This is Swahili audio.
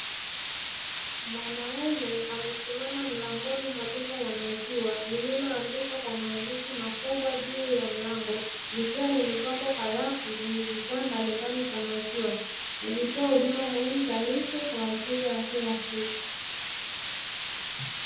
Mwanaume amesimama mlangoni mwa duka la maziwa, lililoandikwa kwa maandishi makubwa juu ya mlango, likiwa limepambwa kwa rafu zenye bidhaa mbalimbali za maziwa, likitoa huduma muhimu za lishe kwa wateja wa kila siku.